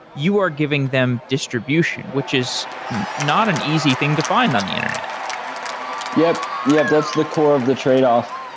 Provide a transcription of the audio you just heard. you are giving them distribution, which is not an easy thing to find on the internet yup. yeah. that's the core of the trade-off.